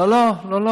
לא, לא.